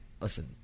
listen